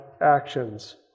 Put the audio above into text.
actions